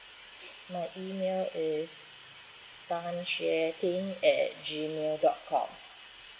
my email is tan xue ting at Gmail dot com